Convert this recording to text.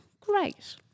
Great